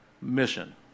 mission